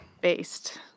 based